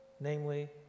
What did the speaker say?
namely